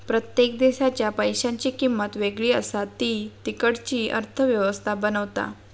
प्रत्येक देशाच्या पैशांची किंमत वेगळी असा ती तिकडची अर्थ व्यवस्था बनवता